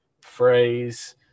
phrase